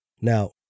Now